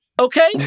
Okay